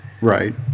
Right